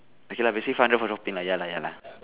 okay lah basic five hundred for shopping lah ya lah ya lah